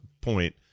point